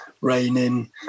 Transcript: raining